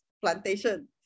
plantation